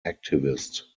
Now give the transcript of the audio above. activist